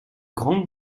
grandes